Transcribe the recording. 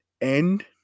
end